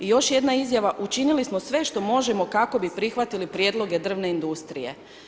I još jedna izjava: Učinili smo sve što možemo kako bih prihvatili prijedloge drvne industrije.